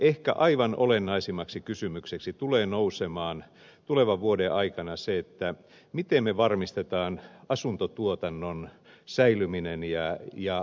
ehkä aivan olennaisimmaksi kysymykseksi tulee nousemaan tulevan vuoden aikana se miten me varmistamme asuntotuotannon säilymisen ja vahvistumisen